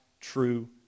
true